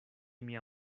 mia